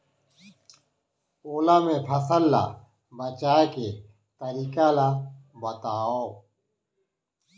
ओला ले फसल ला बचाए के तरीका ला बतावव?